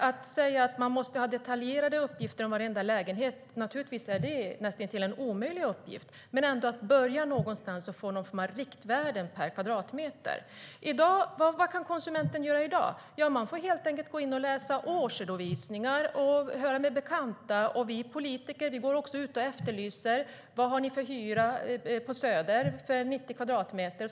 Naturligtvis är det näst intill omöjligt att få detaljerade uppgifter om varje lägenhet, men man måste börja någonstans och få någon form av riktvärden per kvadratmeter. Vad kan konsumenten göra i dag? Man får läsa årsredovisningar och höra med bekanta. Vi politiker går också ut och frågar folk vad de har för hyra: Vad betalar ni för hyra för 90 kvadratmeter på Söder?